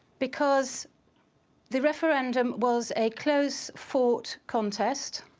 because the referendum was a close fought contest,